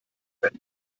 denn